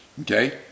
Okay